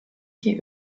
hier